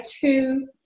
two